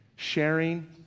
Sharing